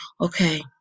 Okay